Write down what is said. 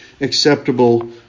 acceptable